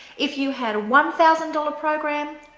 if you had a one thousand dollars program,